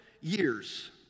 years